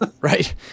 Right